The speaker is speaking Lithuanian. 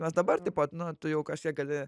nes dabar tipo nu tu jau kažkiek gali